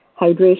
hydration